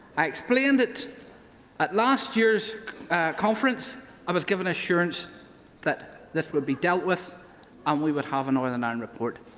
i explained it at last year's conference i was given assurance that this would be dealt with and we would have a northern ireland and report.